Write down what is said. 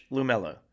Lumello